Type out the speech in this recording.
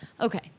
okay